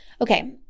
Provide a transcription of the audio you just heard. Okay